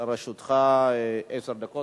בבקשה, אדוני, לרשותך עשר דקות.